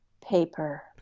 Paper